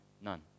None